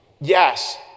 Yes